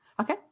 okay